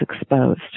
exposed